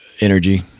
energy